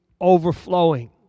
overflowing